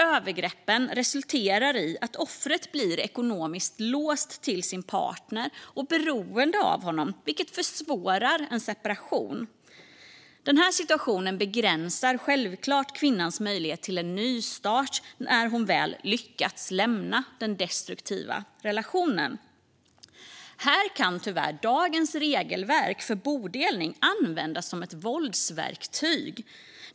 Övergreppen resulterar i att offret blir ekonomiskt låst till sin partner och beroende av honom, vilket försvårar en separation. Den här situationen begränsar självklart kvinnans möjlighet till en nystart när hon väl har lyckats lämna den destruktiva relationen. Här kan tyvärr dagens regelverk för bodelning användas som ett våldsverktyg.